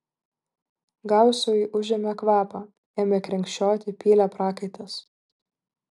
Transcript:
gausui užėmė kvapą ėmė krenkščioti pylė prakaitas